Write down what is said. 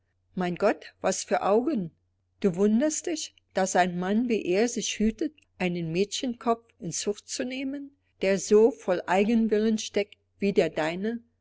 mein gott was für augen du wunderst dich daß ein mann wie er sich hütet einen mädchenkopf in zucht zu nehmen der so voll eigenwillen steckt wie der deine